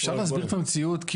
אפשר להסביר את המציאות?